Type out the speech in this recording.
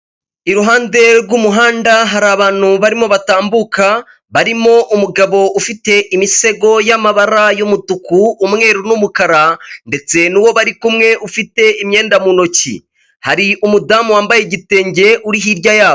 Iruhande rw'umuhanda hari abantu barimo batambuka barimo umugabo ufite imisego y'amabara y'umutuku, umweru n'umukara, ndetse n'uwo bari kumwe ufite imyenda mu ntoki hari umudamu wambaye igitenge uri hirya yabo.